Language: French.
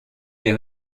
les